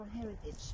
heritage